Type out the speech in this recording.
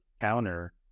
counter